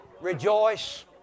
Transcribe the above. Rejoice